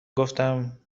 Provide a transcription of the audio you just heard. گفتم